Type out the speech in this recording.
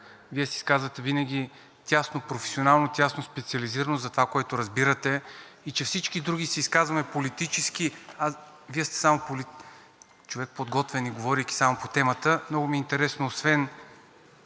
Вие се изказвате винаги тяснопрофесионално, тясноспециализирано, за това, което разбирате, и че всички други се изказваме политически, а Вие сте човек подготвен и говорейки само по темата, много ми е интересно освен